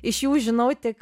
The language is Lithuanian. iš jų žinau tik